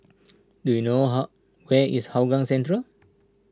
do you know how where is Hougang Central